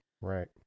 Right